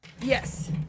Yes